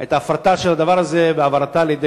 את ההפרטה של הדבר הזה והעברתו לידי